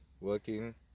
working